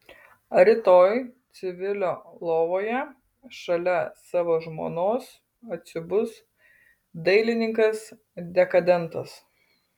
rytoj civilio lovoje šalia savo žmonos atsibus dailininkas dekadentas